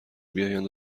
بیایند